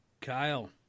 Kyle